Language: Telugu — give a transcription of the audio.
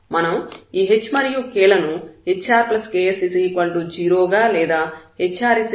మనం ఈ h మరియు k లను hrks 0 గా లేదా hr ks గా తీసుకుందాం